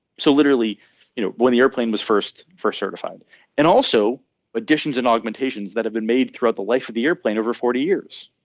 so literally you know when the airplane was first first certified and also additions and augmentations that have been made throughout the life of the airplane over forty years.